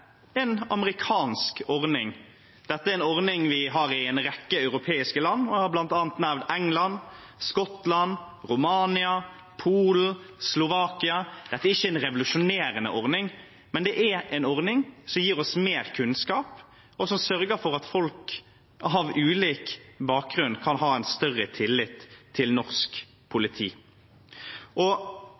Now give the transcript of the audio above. amerikansk ordning. Dette er en ordning vi har i en rekke europeiske land, bl.a. England, Skottland, Romania, Polen og Slovakia. Dette er ikke en revolusjonerende ordning, men det er en ordning som gir oss mer kunnskap, og som sørger for at folk av ulik bakgrunn kan ha en større tillit til norsk politi. Det er nettopp det som er poenget, og